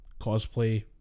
cosplay